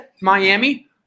Miami